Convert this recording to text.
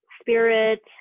spirit